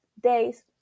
days